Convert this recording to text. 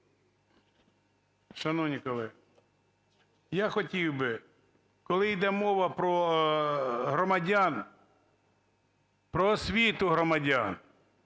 Шановні колеги, я хотів би, коли йде мова про громадян, про освіту громадян,